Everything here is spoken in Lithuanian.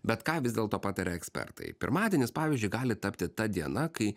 bet ką vis dėlto pataria ekspertai pirmadienis pavyzdžiui gali tapti ta diena kai